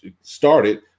started